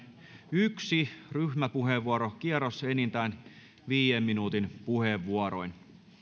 yksi ryhmäpuheenvuorokierros enintään viiden minuutin puheenvuoroin